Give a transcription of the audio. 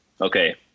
Okay